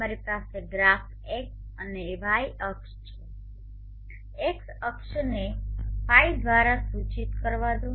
તમારી પાસે graph X અને y અક્ષ છે x અક્ષોને λ દ્વારા સૂચિત કરવા દો